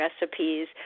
recipes